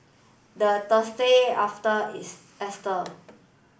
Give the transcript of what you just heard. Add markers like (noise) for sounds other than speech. the Thursday after (unintelligible)